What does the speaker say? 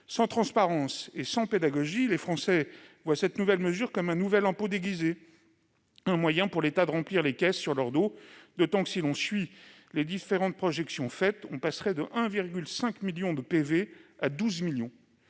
Sans transparence et sans pédagogie, les Français voient cette nouvelle mesure comme un nouvel impôt déguisé, un moyen pour l'État de remplir les caisses sur leur dos, d'autant que, si l'on en croit différentes projections, on passerait de 1,5 million de PV à 12 millions.